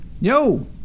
Yo